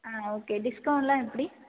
ஆ okay discount எல்லாம் எப்படி